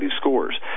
scores